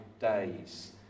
days